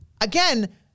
again